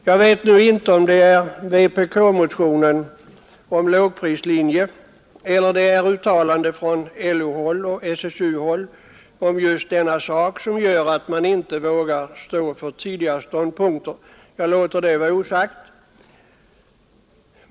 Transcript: Jag vet nu inte, om det är vpk-motionen om lågprislinje eller det är uttalanden från LO-håll och SSU-håll om just denna sak som gör att man inte vågar stå för tidigare ståndpunkter. Jag låter det vara osagt.